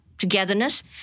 Togetherness